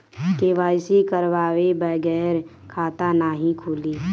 KYC करवाये बगैर खाता नाही खुली?